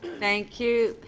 thank you.